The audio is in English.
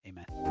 Amen